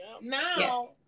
now